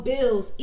Bills